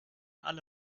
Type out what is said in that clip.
alle